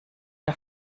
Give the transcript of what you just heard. der